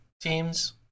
teams